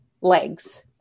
legs